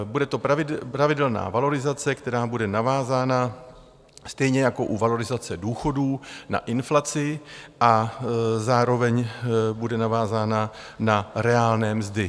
Bude to pravidelná valorizace, která bude navázána stejně jako u valorizace důchodů na inflaci a zároveň bude navázána na reálné mzdy.